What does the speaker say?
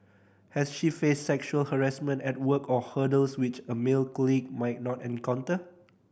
has she faced sexual harassment at work or hurdles which a male colleague might not encounter